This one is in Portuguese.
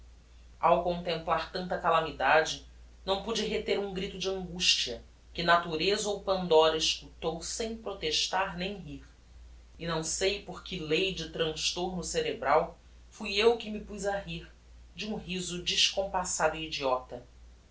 ao contemplar tanta calamidade não pude reter um grito de angustia que natureza ou pandora escutou sem protestar nem rir e não sei por que lei de transtorno cerebral fui eu que me puz a rir de um riso descompassado e idiota